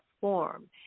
form